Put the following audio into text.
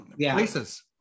places